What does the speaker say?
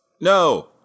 No